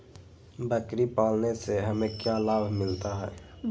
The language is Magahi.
बकरी पालने से हमें क्या लाभ मिलता है?